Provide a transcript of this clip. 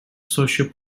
socio